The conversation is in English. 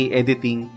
editing